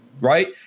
Right